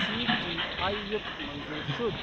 C T E یُک منظوٗر شُد